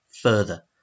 further